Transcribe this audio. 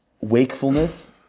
wakefulness